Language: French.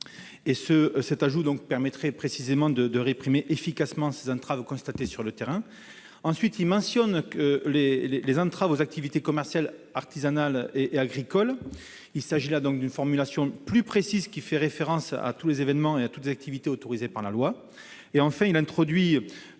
Cet ajout permettrait précisément de réprimer efficacement ces entraves constatées sur le terrain. Ensuite, il tend à mentionner les entraves aux activités commerciales, artisanales et agricoles. Il s'agit d'une formulation plus précise, qui fait référence à tous les évènements et à toutes les activités autorisés par la loi. Enfin, il a pour